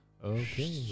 Okay